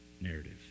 narrative